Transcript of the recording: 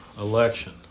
election